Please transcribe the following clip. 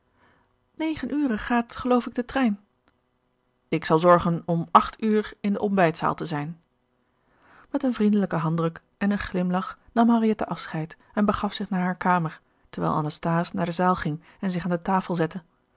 negen ure gaat geloof ik de trein ik zal zorgen om acht ure in de ontbijtzaal te zijn met een vriendelijken handdruk en een glimlach nam henriette afscheid en begaf zich naar hare kamer terwijl anasthase naar de zaal ging en zich aan de tafel zette